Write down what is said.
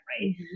right